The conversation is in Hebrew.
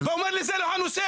ואתה אומר לי שזה לא הנושא.